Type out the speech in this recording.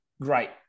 Great